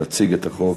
להציג את החוק.